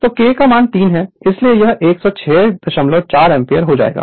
तो के 3 है इसलिए यह 1064 एम्पीयर हो जाएगा